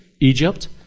Egypt